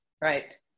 right